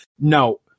No